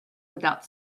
without